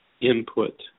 input